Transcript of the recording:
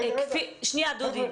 דודי,